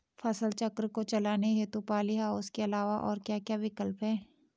फसल चक्र को चलाने हेतु पॉली हाउस के अलावा और क्या क्या विकल्प हैं?